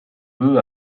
peu